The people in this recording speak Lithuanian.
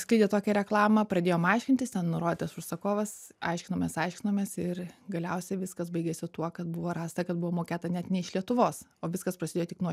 skleidė tokią reklamą pradėjom aiškintis ten nurodytas užsakovas aiškinomės aiškinomės ir galiausiai viskas baigėsi tuo kad buvo rasta kad buvo mokėta net ne iš lietuvos o viskas prasidėjo tik nuo